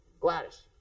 Gladys